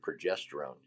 progesterone